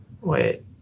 wait